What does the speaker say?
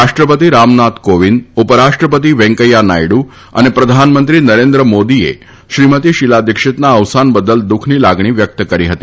રાષ્ટ્રપતિ રામનાથ કોવિંદ ઉપરાષ્ટ્રપતિ વૈંકેથા નાયડુ અનાપ્રધાનમંત્રી નરેન્દ્ર મોદીએ શ્રીમતી શીલા દિક્ષિતના અવસાન દલ દુઃખની લાગણી વ્યકત કરી હતી